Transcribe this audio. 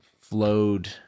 flowed